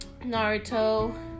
Naruto